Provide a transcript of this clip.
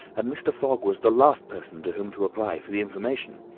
and mr. fogg was the last person to whom to apply for the information.